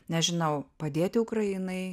nežinau padėti ukrainai